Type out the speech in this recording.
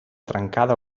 trencada